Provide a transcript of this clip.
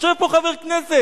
יושב פה חבר כנסת: